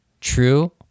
true